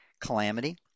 calamity